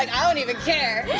i don't even care.